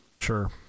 sure